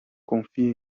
confie